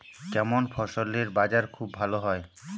কেমন ফসলের বাজার খুব ভালো হয়?